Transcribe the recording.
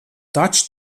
taču